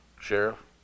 Sheriff